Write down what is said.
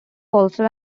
also